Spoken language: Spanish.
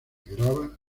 grava